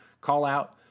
call-out